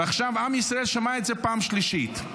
ועכשיו עם ישראל שמע את זה פעם שלישית.